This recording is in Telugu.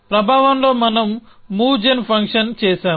ప్రభావంలో మనం మూవ్ జెన్ ఫంక్షన్ చేసాము